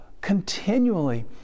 continually